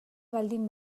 baldin